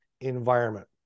environment